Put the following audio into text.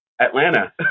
Atlanta